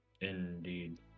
Indeed